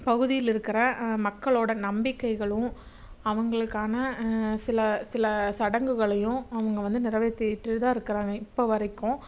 பகுதியில் இருக்குகிற மக்களோடய நம்பிக்கைகளும் அவங்களுக்கான சில சில சடங்குகளையும் அவங்க வந்து நிறைவேத்திட்டு தான் இருக்குகிறாங்க இப்போ வரைக்கும்